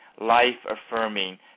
life-affirming